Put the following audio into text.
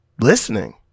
listening